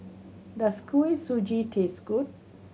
does Kuih Suji taste good